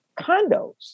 condos